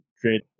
create